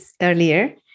earlier